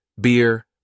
Beer